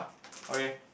okay